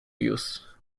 use